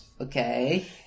Okay